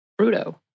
Bruto